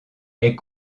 est